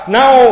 now